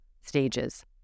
stages